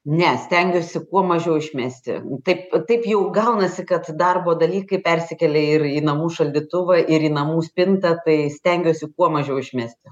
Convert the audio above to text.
ne stengiuosi kuo mažiau išmesti taip taip jau gaunasi kad darbo dalykai persikėlia ir į namų šaldytuvą ir į namų spintą tai stengiuosi kuo mažiau išmesti